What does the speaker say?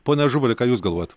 pone ažubali ką jūs galvojat